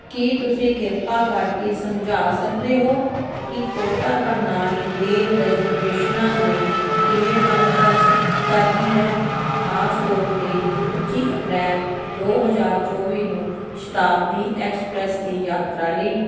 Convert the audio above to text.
ਕੀ ਤੁਸੀਂ ਕਿਰਪਾ ਕਰਕੇ ਸਮਝਾ ਸਕਦੇ ਹੋ ਕੀ ਕੋਟਾ ਪ੍ਰਣਾਲੀ ਰੇਲ ਰਿਜਰਵੇਸ਼ਨਾਂ ਲਈ ਕਿਵੇਂ ਕੰਮ ਕਰ ਸਕ ਕਰਦੀ ਹੈ ਖ਼ਾਸ ਤੌਰ 'ਤੇ ਪੱਚੀ ਅਪ੍ਰੈਲ ਦੋ ਹਜ਼ਾਰ ਚੌਵੀ ਨੂੰ ਸ਼ਤਾਬਦੀ ਐਕਸਪ੍ਰੈਸ ਦੀ ਯਾਤਰਾ ਲਈ